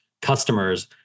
customers